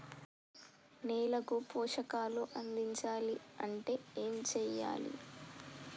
నేలకు పోషకాలు అందించాలి అంటే ఏం చెయ్యాలి?